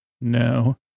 No